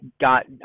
got